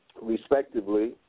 respectively